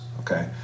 okay